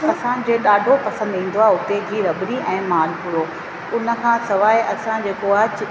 असांजे ॾाढो पसंदि ईंदो आहे उते जी रबड़ी ऐं मालपुणो उन खां सवाइ असां जेको आहे